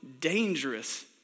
dangerous